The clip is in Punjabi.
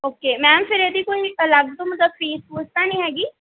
ਓਕੇ ਮੈਮ ਫਿਰ ਇਹਦੀ ਕੋਈ ਅਲੱਗ ਤੋਂ ਮਤਲਬ ਫੀਸ ਫੂਸ ਤਾਂ ਨਹੀਂ ਹੈਗੀ